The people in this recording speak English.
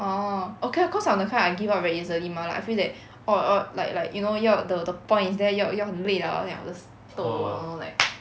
orh okay lah cause I'm the kind I give up very easily mah like I feel that or or like like you know 要 the the point is there 要要很累了 then I will just toh lor like